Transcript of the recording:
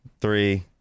three